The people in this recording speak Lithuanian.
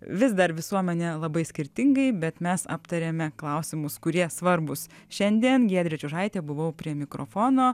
vis dar visuomenė labai skirtingai bet mes aptarėme klausimus kurie svarbūs šiandien giedrė čiužaitė buvau prie mikrofono